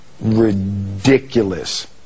ridiculous